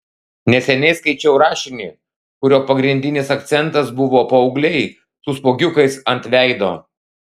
neseniai skaičiau rašinį kurio pagrindinis akcentas buvo paaugliai su spuogiukais ant veido